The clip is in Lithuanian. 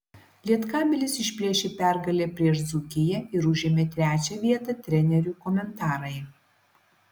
lietkabelis išplėšė pergalę prieš dzūkiją ir užėmė trečią vietą trenerių komentarai